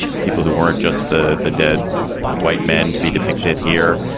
people who weren't just the the dead white men to be depicted here.